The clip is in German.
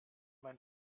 mein